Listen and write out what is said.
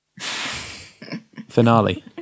finale